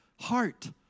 heart